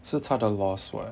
so 他的 loss [what]